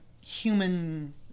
human